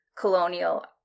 colonial